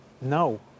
No